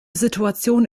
situation